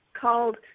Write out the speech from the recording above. called